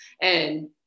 and-